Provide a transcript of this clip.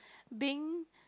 being